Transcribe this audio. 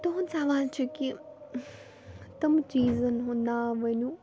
تُہُنٛد سَوال چھُ کہِ تٕم چیٖزَن ہُنٛد ناو ؤنِو